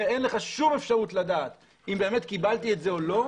ואין לך שום אפשרות לדעת אם באמת קיבלתי את זה או לא,